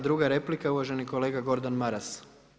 Druga replika, uvaženi kolega Gordan Maras.